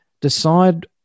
Decide